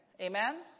Amen